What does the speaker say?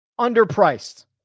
underpriced